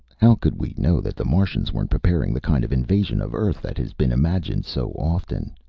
how could we know that the martians weren't preparing the kind of invasion of earth that has been imagined so often?